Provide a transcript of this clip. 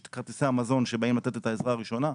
יש את כרטיסי המזון שבאים לתת את העזרה הראשונה,